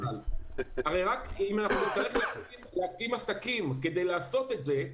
הרי רק אם נצטרך להקים עסקים כדי לעשות את זה,